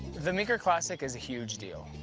the meeker classic is a huge deal.